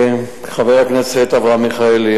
חבר הכנסת אברהם מיכאלי,